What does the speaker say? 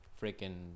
freaking